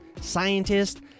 scientists